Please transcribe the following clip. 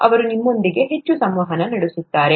ಅವರು ನಿಮ್ಮೊಂದಿಗೆ ಹೆಚ್ಚು ಸಂವಹನ ನಡೆಸುತ್ತಾರೆ